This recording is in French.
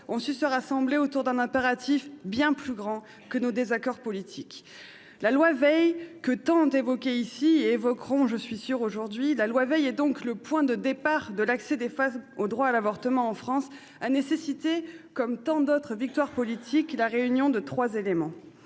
ont su se rassembler autour d'un impératif bien plus grand que nos désaccords politiques. La loi Veil, que tant d'entre nous ont évoquée ici, et dont il sera encore question au cours du débat, point de départ de l'accès des femmes au droit à l'avortement en France, a nécessité, comme tant d'autres victoires politiques, la réunion de trois éléments.